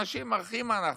אנשים אחים אנחנו.